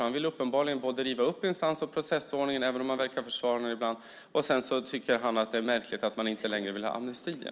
Han vill uppenbarligen riva upp instans och processordningen, även om han verkar försvara den ibland, och han tycker att det är märkligt att man inte längre vill ha amnestier.